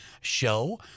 show